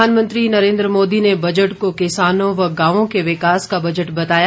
प्रधानमंत्री नरेन्द्र मोदी ने बजट को किसानों व गांवों के विकास का बजट बताया